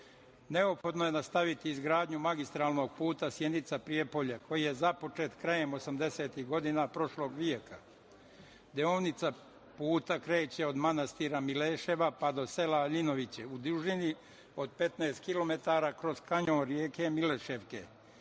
je nastaviti izgradnju magistralnog puta Sjenica-Prijepolje koji je započet krajem 80-ih godina prošlog veka. Deonica puta kreće od manastira Mileševa pa do sela Aljinovići u dužini od 15 kilometara kroz kanjon reke Mileševke